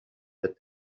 that